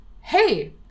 hey